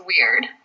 weird